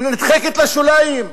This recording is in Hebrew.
נדחקת לשוליים.